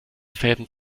fäden